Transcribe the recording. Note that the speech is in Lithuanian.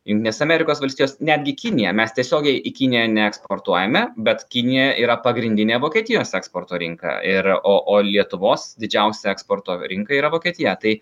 jungtinės amerikos valstijos netgi kinija mes tiesiogiai į kiniją neeksportuojame bet kinija yra pagrindinė vokietijos eksporto rinka ir o o lietuvos didžiausia eksporto rinka yra vokietija tai